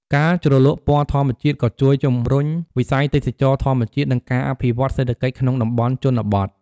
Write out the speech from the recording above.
ការជ្រលក់ពណ៌ធម្មជាតិក៏ជួយជំរុញវិស័យទេសចរណ៍ធម្មជាតិ និងការអភិវឌ្ឍសេដ្ឋកិច្ចក្នុងតំបន់ជនបទ ។